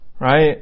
right